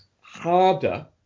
harder